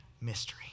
mystery